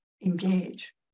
engage